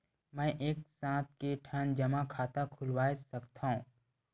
मैं एक साथ के ठन जमा खाता खुलवाय सकथव?